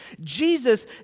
Jesus